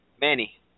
Manny